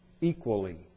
equally